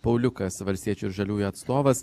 pauliukas valstiečių ir žaliųjų atstovas